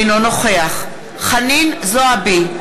אינו נוכח חנין זועבי,